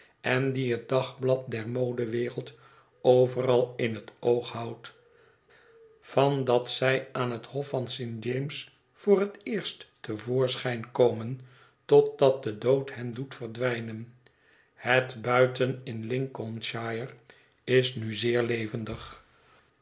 en die het dagblad der modewereld overal in het oog houdt van dat zij aan het hof van st james voor het eerst te voorschijn komen totdat de dood hen doet verdwijnen het buiten in l i n